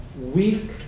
weak